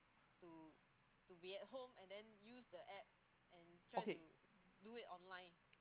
okay